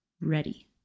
Ready